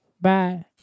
Bye